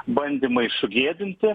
bandymai sugėdinti